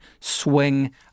swing